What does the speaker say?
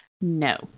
No